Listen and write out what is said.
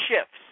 shifts